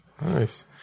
Nice